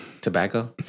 tobacco